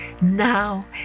Now